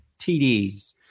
TDs